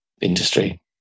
industry